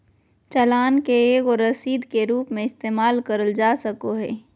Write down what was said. चालान के एगो रसीद के रूप मे इस्तेमाल करल जा सको हय